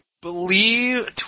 Believe